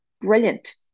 brilliant